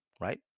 right